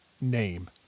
name